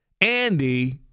Andy